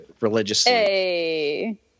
religiously